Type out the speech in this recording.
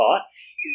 thoughts